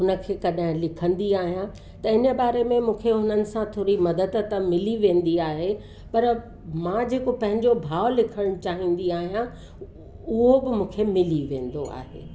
हुन खे कॾहिं लिखंदी आहियां त इन बारे में मूंखे हुननि सां थोरी मदद त मिली वेंदी आहे पर मां जेको पंहिंजो भाव लिखणु चाहींदी आहियां उहो बि मूंखे मिली वेंदो आहे